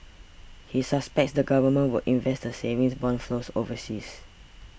he suspects the government would invest the savings bond flows overseas